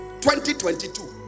2022